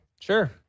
Sure